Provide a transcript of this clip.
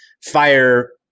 fire